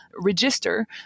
register